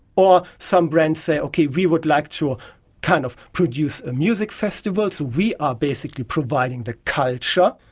or some brands say, okay, we would like to ah kind of produce a music festival, so we are basically providing the culture,